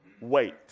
Wait